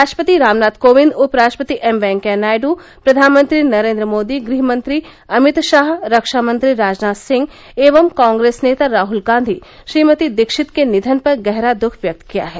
राष्ट्रपति रामनाथ कोविंद उप राष्ट्रपति एम वैकेया नायडू प्रधानमंत्री नरेन्द्र मोदी गृह मंत्री अमित शाह रक्षामंत्री राजनाथ सिंह एवं कॉग्रेस नेता राहुल गांधी श्रीमती दीक्षित के निधन पर गहरा दुख व्यक्त किया है